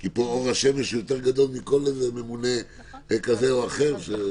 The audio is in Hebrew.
כי פה אור השמש יותר גדול מכל ממונה כזה או אחר.